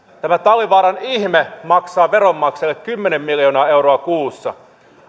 tämä talvivaaran ihme maksaa veronmaksajille kymmenen miljoonaa euroa kuussa